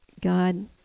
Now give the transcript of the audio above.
God